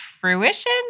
fruition